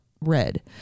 red